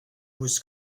was